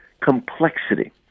complexity